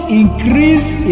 increased